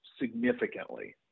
significantly